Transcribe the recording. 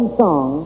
song